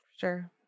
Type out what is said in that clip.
Sure